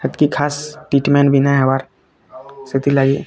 ହେତ୍କି ଖାସ୍ ଟ୍ରିଟ୍ମେଣ୍ଟ ବି ନାଇ ହେବାର୍ ସେଥିର୍ ଲାଗି